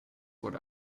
what